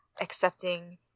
accepting